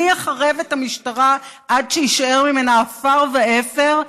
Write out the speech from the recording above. אני אחרב את המשטרה עד שיישאר ממנה עפר ואפר,